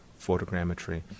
photogrammetry